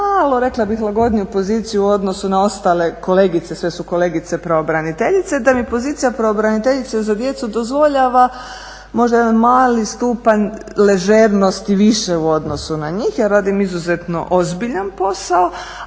malo rekla bih lagodniju poziciju u odnosu na ostale kolegice, sve su kolegice pravobraniteljice da mi pozicija pravobraniteljice za djecu dozvoljava možda jedan mali stupanj ležernosti više u odnosu na njih. Ja radim izuzetno ozbiljan posao